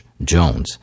Jones